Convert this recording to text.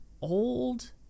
old